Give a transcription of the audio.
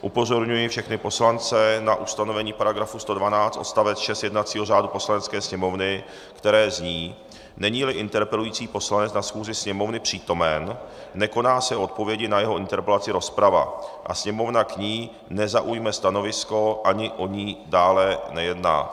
Upozorňuji všechny poslance na ustanovení § 112 odst. 6 jednacího řádu Poslanecké sněmovny, které zní: Neníli interpelující poslanec na schůzi Sněmovny přítomen, nekoná se odpovědi na jeho interpelaci rozprava a Sněmovna k ní nezaujme stanovisko ani o ní dále nejedná.